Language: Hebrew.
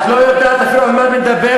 את לא יודעת אפילו על מה את מדברת.